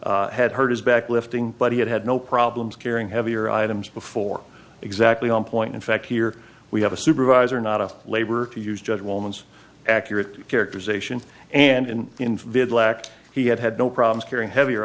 had heard his back lifting but he had had no problems carrying heavy or items before exactly on point in fact here we have a supervisor not a laborer to use judge woman's accurate characterization and vid lacked he had had no problems carrying heavier